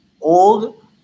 old